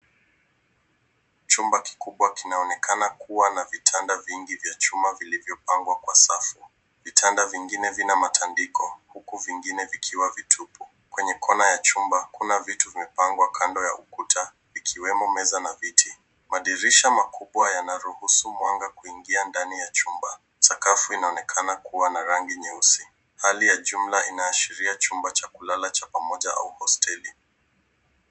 Chumba kikubwa kinaonekana kuwa na vitanda vingi vya chuma vilivyopangwa kwa safu. Vitanda vingine vina matandiko huku vingine vikiwa vitupu. Kwenye kona ya chumba kuna vitu vimepangwa kando ya ukuta ikiwemo meza na viti. Madirisha makubwa yanaruhusu mwanga kuingia ndani ya chumba. Sakafu inaonekana kuwa na rangi nyeusi. Hali ya jumla inaashiria chumba cha kulala cha pamoja au hosteli.